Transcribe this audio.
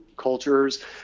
cultures